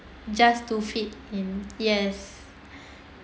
just to fit in yes